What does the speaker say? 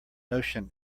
notion